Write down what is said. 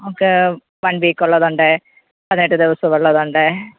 നമുക്ക് one week ഉള്ളതുണ്ട് പതിനെട്ട് ദിവസമുള്ളതുണ്ട്